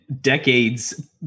decades